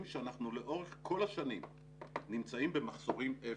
שאנחנו לאורך כל השנים נמצאים במחסורים אפס.